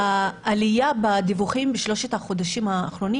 העלייה בדיווחים בשלושת החודשים האחרונים